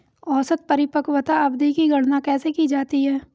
औसत परिपक्वता अवधि की गणना कैसे की जाती है?